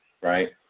right